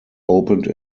opened